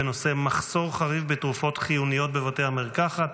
בנושא מחסור חריף בתרופות חיוניות בבתי המרקחת.